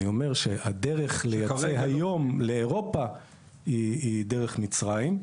אני אומר שהדרך לייצא היום לאירופה היא דרך מצרים.